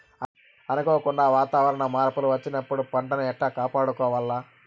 అనుకోకుండా వాతావరణ మార్పులు వచ్చినప్పుడు పంటను ఎట్లా కాపాడుకోవాల్ల?